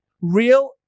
real